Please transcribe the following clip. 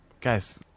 Guys